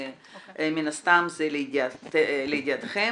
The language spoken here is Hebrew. זה לידיעתכם.